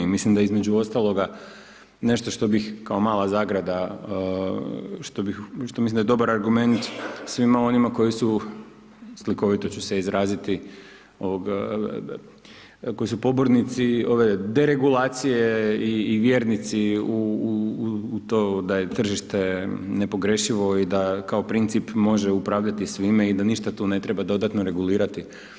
Mislim da je između ostaloga nešto što bih kao mala zagrada, što mislim da je dobar argument svima onima koji su, slikovito ću se izraziti, ovoga koji su pobornici ove deregulacije i vjernici u to da je tržište nepogrešivo i da kao princip može upravljati svime i da ništa tu ne treba dodatno regulirati.